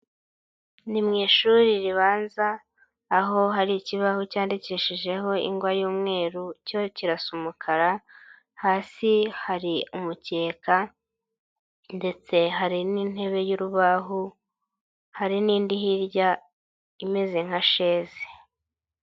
Ni mu ishuri ribanza, aho hari ikibaho cyandikishijeho ingwa y'umweru, ikibaho kirasa umukara, hasi hari umukeka ndetse hari n'intebe y'urubaho, hari n'indi hirya imeze nka sheze.